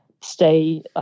stay